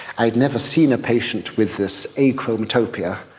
i'd never seen a patient with this achromatopsia,